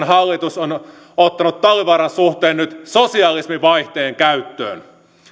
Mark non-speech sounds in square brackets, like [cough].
[unintelligible] hallitus on ottanut talvivaaran suhteen nyt sosialismivaihteen käyttöön